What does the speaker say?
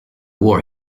war